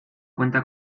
cuenta